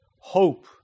hope